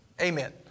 Amen